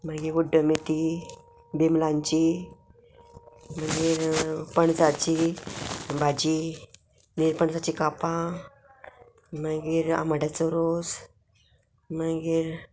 मागीर उड्डो मेथी बेमलांची मागीर पणसाची भाजी नीर पणसाची कापां मागीर आमाड्याचो रोस मागीर